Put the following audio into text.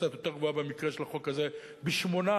קצת יותר גבוהה במקרה של החוק הזה זה ב-8%.